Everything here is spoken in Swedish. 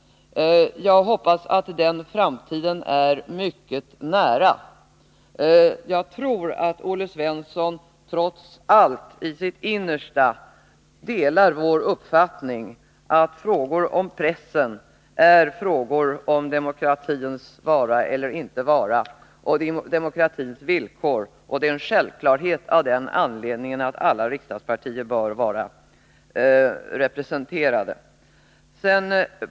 Jag hoppas att den framtiden är mycket nära. Jag tror att Olle Svensson trots allt innerst inne delar vår uppfattning att frågor om pressen är frågor om demokratins vara eller inte vara och om demokratins villkor. Det är av den anledningen en självklarhet att alla riksdagspartier bör vara representerade.